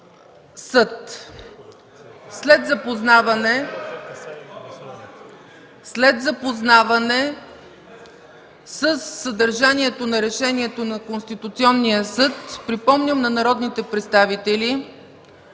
съд. След запознаване със съдържанието на решението на Конституционния съд, припомням на народните представители,